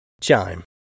Chime